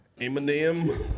Eminem